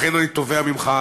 לכן אני תובע ממך,